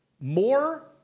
more